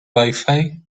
wifi